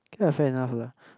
okay lah fair enough lah